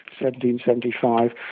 1775